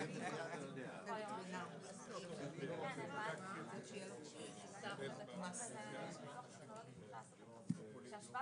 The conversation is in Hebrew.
התחילה ועד תום שנתיים השר רשאי להכיר במרכז הכשרה והדרכה שעד יום